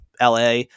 la